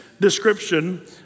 description